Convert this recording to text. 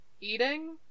eating